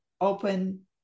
open